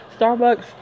starbucks